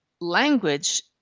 Language